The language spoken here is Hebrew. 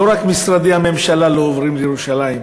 לא רק משרדי הממשלה לא עוברים לירושלים.